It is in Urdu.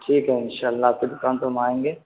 ٹھیک ہے ان شاء اللہ آپ کی دکان تو ہم آئیں گے